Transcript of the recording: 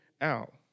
out